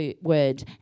word